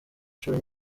incuro